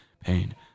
pain